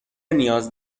نیاز